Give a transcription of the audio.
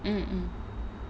mm mm